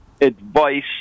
advice